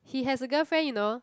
he has a girlfriend you know